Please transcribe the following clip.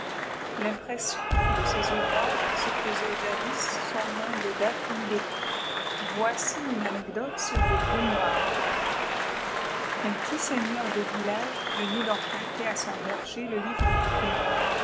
l'impression de ces ouvrages se faisait jadis sans nom de date ni de lieu voici une anecdote sur le grimoire un petit seigneur de village venait d'emprunter à son berger le livre du